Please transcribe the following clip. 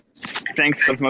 Thanks